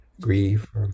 grief